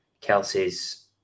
Kelsey's